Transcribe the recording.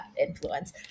influence